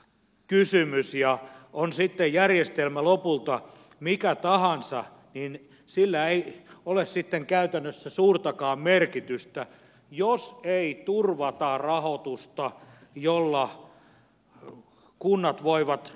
on sitten järjestelmä lopulta mikä tahansa niin sillä ei ole sitten käytännössä suurtakaan merkitystä jos ei turvata rahoitusta jolla kunnat voivat toimia